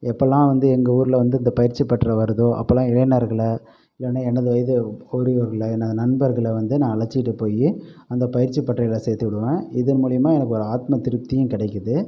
எப்போலாம் வந்து எங்கள் ஊரில் வந்து இந்த பயிற்சி பட்டறை வருதோ அப்போலாம் இளைனர்கள இல்லைனா எனது வயது உரியவர்களை எனது நண்பர்களை வந்து நான் அழைச்சிக்கிட்டு போய் அந்த பயிற்சி பட்டறையில் சேர்த்துவிடுவேன் இதன் மூலிமா எனக்கு ஒரு ஆத்ம திருப்தியும் கிடைக்குது